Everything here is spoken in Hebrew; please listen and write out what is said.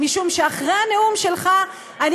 משום שאחרי הנאום שלך אני